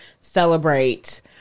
celebrate